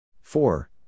Four